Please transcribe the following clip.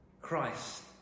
Christ